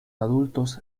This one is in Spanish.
adultos